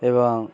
এবং